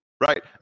Right